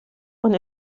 und